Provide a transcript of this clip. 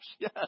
yes